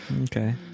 Okay